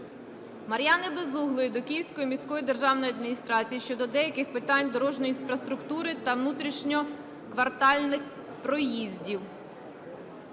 Мар'яни Безуглої до Київської міської державної адміністрації щодо деяких питань дорожньої інфраструктури та внутрішньо-квартальних проїздів.